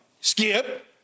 Skip